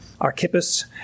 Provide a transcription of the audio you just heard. Archippus